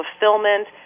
fulfillment